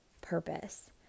purpose